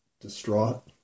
distraught